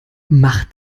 macht